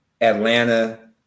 Atlanta